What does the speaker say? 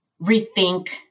rethink